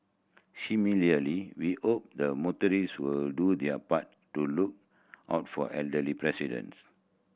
similarly we hope the motorist will do their part to look out for elderly presidents